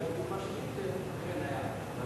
לגבי הדוגמה, אכן היה, אבל